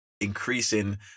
increasing